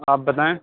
آپ بتائیں